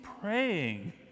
praying